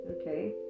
okay